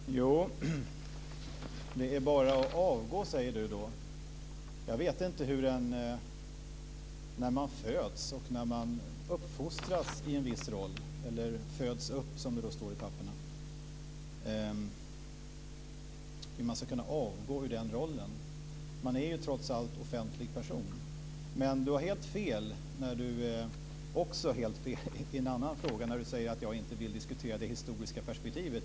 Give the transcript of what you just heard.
Herr talman! Det är bara att avgå, säger Pär Axel Sahlberg. Jag vet inte hur det blir om man föds in - eller föds upp, som det står i papperen - och uppfostras till en viss roll. Hur ska man kunna avgå från den rollen? Man är ju trots allt en offentlig person. Men Pär Axel Sahlberg har också helt fel när han säger att jag inte vill diskutera det historiska perspektivet.